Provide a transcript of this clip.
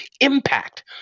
impact